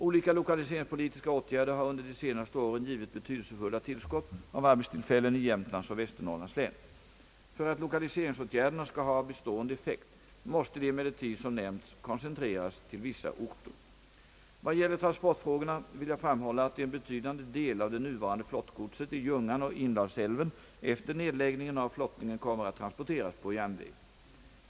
Olika 1okaliseringspolitiska åtgärder har under de senaste åren givit betydelsefulla tillskott av arbetstillfällen i Jämtlands och Västernorrlands län. För att lokaliseringsåtgärderna skall ha bestående effekt, måste de emellertid som nämnts koncentreras till vissa orter. Vad gäller transportfrågorna vill jag framhålla att en betydande del av det nuvarande flottgodset i Ljungan och Indalsälven efter nedläggningen av flottningen kommer att transporteras på järnväg.